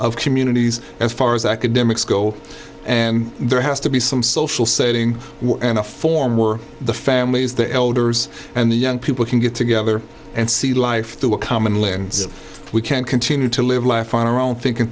of communities as far as academics go and there has to be some social setting and a form where the families the elders and the young people can get together and see life through a common lens we can't continue to live life on our own thinking